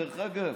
דרך אגב,